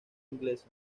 inglesa